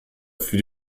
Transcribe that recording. für